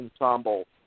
Ensemble